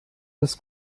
des